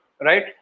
right